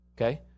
okay